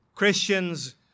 Christians